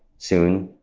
soon,